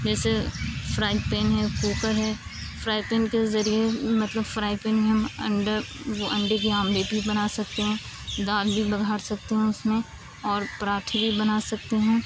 جیسے fry pan ہے cooker ہے فرائی پین کے ذریعے مطلب فرائی پین میں ہم انڈے وہ انڈے کی آملیٹ بھی بنا سکتے ہیں دال بھی بگھار سکتے ہیں اس میں اور پراٹھے بھی بنا سکتے ہیں